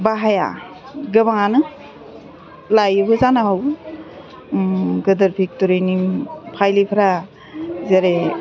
बाहाया गोबाङानो लायोबो जानो हागौ गिदिर फेक्ट'रिनि फाइलिफ्रा जेरै